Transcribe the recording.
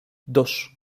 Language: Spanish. dos